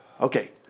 Okay